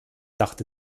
dachte